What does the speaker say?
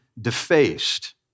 defaced